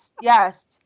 yes